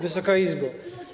Wysoka Izbo!